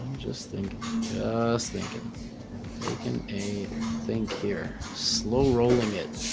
just thinking just thinking taking a think here slow rolling it